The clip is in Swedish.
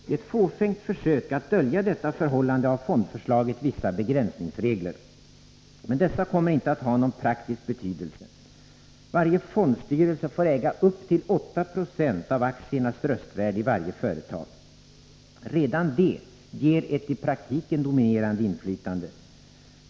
I ett fåfängt försök att dölja detta förhållande har fondförslaget vissa begränsningsregler. Men dessa kommer inte att ha någon praktisk betydelse. Varje fondstyrelse får äga upp till 8 26 av aktiernas röstvärde i varje företag. Redan det ger ett i praktiken dominerande inflytande.